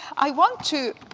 i want to